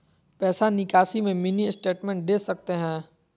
पैसा निकासी में मिनी स्टेटमेंट दे सकते हैं?